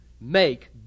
make